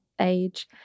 age